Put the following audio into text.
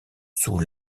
sous